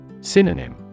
Synonym